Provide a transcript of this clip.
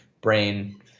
brain